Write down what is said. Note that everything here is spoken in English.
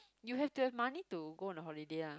you have to have money to go on a holiday lah